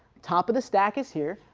top of the stack is here,